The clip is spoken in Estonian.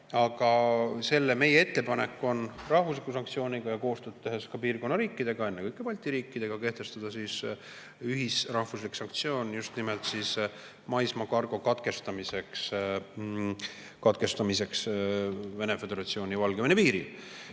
Aga meie ettepanek on rahvusliku sanktsioonina ja koostööd tehes piirkonna riikidega, ennekõike Balti riikidega, kehtestada ühisrahvuslik sanktsioon just nimelt maismaakargo katkestamiseks Vene föderatsiooni ja Valgevene piiril.